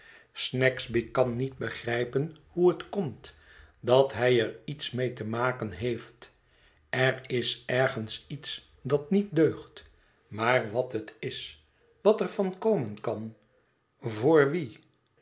snagsby kan niet begrijpen hoe het komt dat hij er iets mee te maken heeft er is ergens iets dat niet deugt maar wat het is wat er van komen kan voor wien